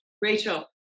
Rachel